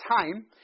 time